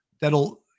that'll